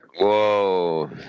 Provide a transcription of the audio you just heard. Whoa